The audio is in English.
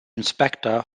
inspector